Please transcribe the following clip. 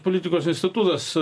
politikos institutas